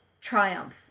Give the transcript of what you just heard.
triumph